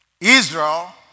Israel